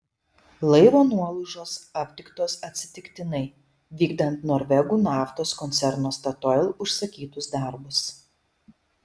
laivo nuolaužos aptiktos atsitiktinai vykdant norvegų naftos koncerno statoil užsakytus darbus